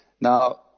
Now